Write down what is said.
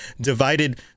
Divided